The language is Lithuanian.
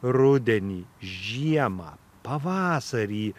rudenį žiemą pavasarį